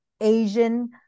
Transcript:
Asian